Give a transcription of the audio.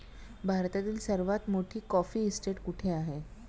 भारतातील सर्वात मोठी कॉफी इस्टेट कुठे आहे?